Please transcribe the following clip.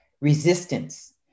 resistance